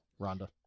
Rhonda